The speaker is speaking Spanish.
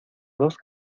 dos